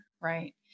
right